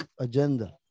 agenda